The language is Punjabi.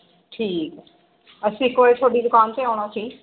ਠੀਕ ਅਸੀਂ ਇਕ ਵਾਰ ਤੁਹਾਡੀ ਦੁਕਾਨ 'ਤੇ ਆਉਣਾ ਸੀ